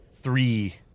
three